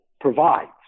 provides